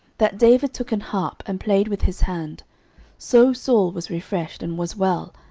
that david took an harp, and played with his hand so saul was refreshed, and was well,